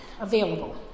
available